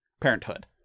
Parenthood